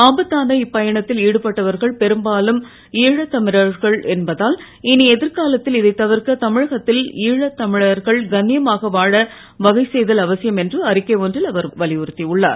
ஆபத்தான இப்பயணத்தில் ஈடுபட்டவர்கள் பெரும்பாலும் ஈழத்தமிழர்கள் என்பதால் இனி எதிர்காலத்தில் இதைத் தவிர்க்க தமிழகத்தில் ஈழத் தமிழர்கள் கண்ணியமாக வாழ வகை செய்தல் அவசியம் என்று அறிக்கை ஒன்றில் அவர் வலியுறுத்தியுள்ளார்